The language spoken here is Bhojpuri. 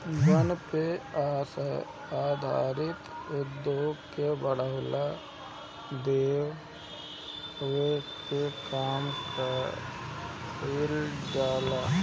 वन पे आधारित उद्योग के बढ़ावा देवे के काम कईल जाला